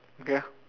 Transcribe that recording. okay ah